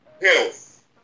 health